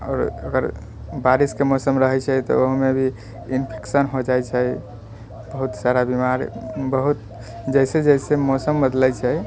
आओर अगर बारिशके मौसम रहै छै तऽ ओहोमे भी इन्फेक्शन हो जाइ छै बहुत सारा बीमार बहुत जैसे जैसे मौसम बदलै छै